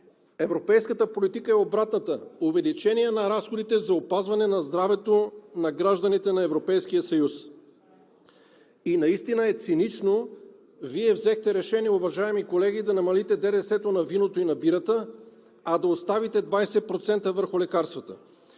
Европейската политика е обратната – увеличение на разходите за опазване на здравето на гражданите на Европейския съюз. И настина е цинично, Вие взехте решение, уважаеми колеги, да намалите ДДС-то на виното и на бирата, а да оставите 20% върху лекарствата.